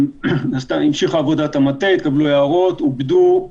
המשיכה עבודת המטה, התקבלו הערות, עובדו.